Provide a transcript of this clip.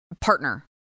partner